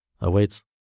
awaits